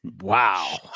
Wow